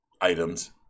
items